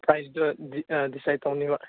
ꯄ꯭ꯔꯥꯏꯖꯇꯣ ꯗꯤꯁꯥꯏꯠ ꯇꯧꯅꯦꯕ